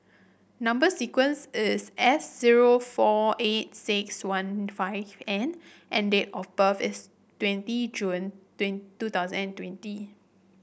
number sequence is S zero four eight six one five N and date of birth is twenty June two thousand and twenty